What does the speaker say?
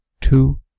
two